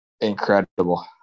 incredible